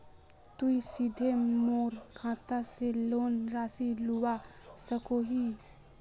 तुई सीधे मोर खाता से लोन राशि लुबा सकोहिस?